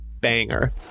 banger